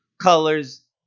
colors